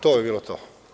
To bi bilo to.